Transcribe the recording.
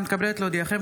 אני מתכבדת להודיעכם,